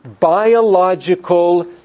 biological